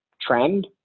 trend